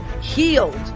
healed